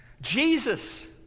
Jesus